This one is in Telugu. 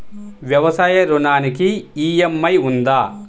వ్యవసాయ ఋణానికి ఈ.ఎం.ఐ ఉందా?